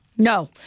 No